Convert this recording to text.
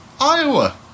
Iowa